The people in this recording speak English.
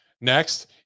Next